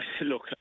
look